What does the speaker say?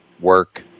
work